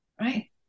right